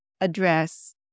address